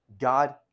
God